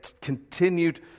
continued